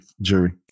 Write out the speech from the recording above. jury